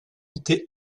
été